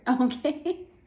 Okay